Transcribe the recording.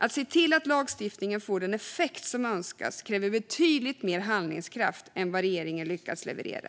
Att se till att lagstiftningen får den effekt som önskas kräver betydligt mer handlingskraft än vad regeringen har lyckats leverera.